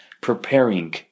preparing